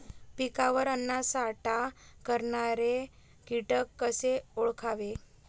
पिकावर अन्नसाठा करणारे किटक कसे ओळखावे?